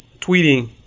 tweeting